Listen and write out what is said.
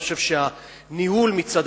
אני חושב שהניהול מצד